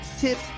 tips